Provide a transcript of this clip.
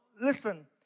listen